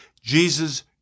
Jesus